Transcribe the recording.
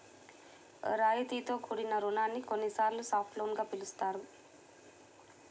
రాయితీతో కూడిన రుణాన్ని కొన్నిసార్లు సాఫ్ట్ లోన్ గా పిలుస్తారు